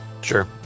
Sure